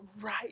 right